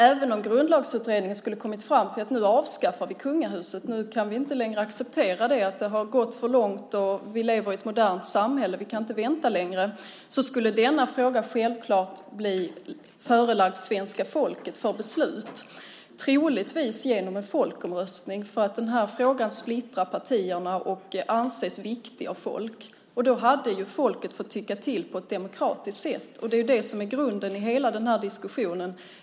Även om Grundlagsutredningen kom fram till att vi avskaffar kungahuset, att vi inte längre kan acceptera det, att det gått för långt och vi lever i ett modernt samhälle, att vi inte kan vänta längre, skulle frågan självklart föreläggas svenska folket för beslut, troligtvis genom en folkomröstning, eftersom den splittrar partierna och av många anses vara viktig. Då skulle folket få tycka till på ett demokratiskt sätt. Det är grunden för hela diskussionen.